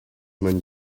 man